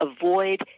avoid